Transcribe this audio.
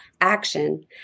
action